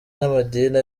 n’amadini